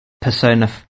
Persona